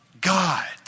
God